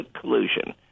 collusion